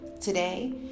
Today